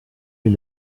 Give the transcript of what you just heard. est